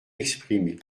exprimer